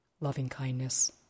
loving-kindness